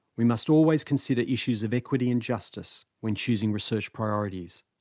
we must always consider issues of equity and justice when choosing research priorities.